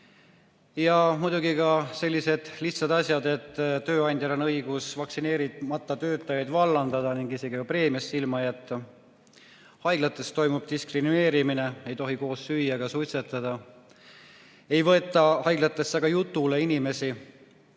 Ja muidugi ka sellised lihtsad asjad, et tööandjal on õigus vaktsineerimata töötajaid vallandada ning isegi preemiast ilma jätta. Haiglates toimub diskrimineerimine, ei tohi koos süüa ega suitsetada. Ei võeta haiglatesse ka jutule inimesi,